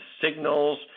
signals